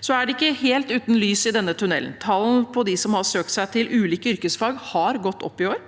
likevel ikke helt uten lys i denne tunnelen. Tallene på dem som søkte seg til ulike yrkesfag, har gått opp i år,